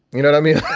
you know, i mean,